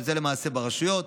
שזה למעשה ברשויות,